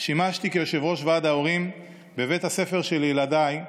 שימשתי כיושב-ראש ועד ההורים בבית הספר של ילדיי,